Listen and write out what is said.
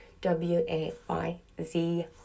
W-A-Y-Z